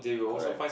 correct